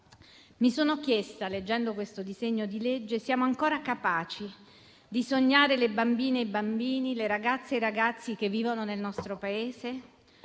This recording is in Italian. Mi sono chiesta, leggendo questo disegno di legge, se siamo ancora capaci di sognare le bambine e i bambini e le ragazze e i ragazzi che vivono nel nostro Paese.